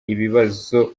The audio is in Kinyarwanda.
ibibazo